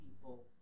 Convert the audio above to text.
people